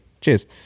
Cheers